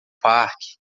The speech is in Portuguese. parque